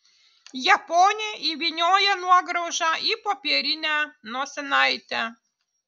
japonė įvynioja nuograužą į popierinę nosinaitę